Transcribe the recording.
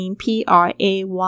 P-R-A-Y